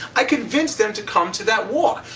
i convinced them to come to that walk.